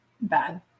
bad